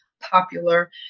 popular